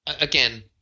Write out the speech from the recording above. again